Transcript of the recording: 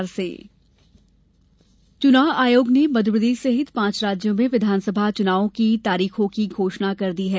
चुनाव घोषणा चुनाव आयोग ने मध्यप्रदेश सहित पाँच राज्यों में विधानसभा चुनावों की तारीखों की घोषणा कर दी है